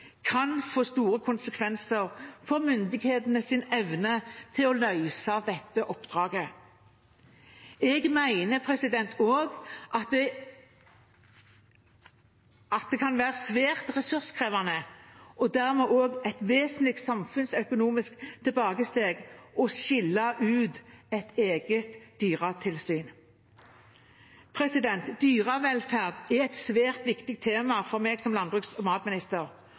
kan få store konsekvenser for myndighetenes evne til å løse dette oppdraget. Jeg mener også at det kan være svært ressurskrevende og dermed et vesentlig samfunnsøkonomisk tilbakesteg å skille ut et eget dyretilsyn. Dyrevelferd er et svært viktig tema for meg som landbruks- og matminister,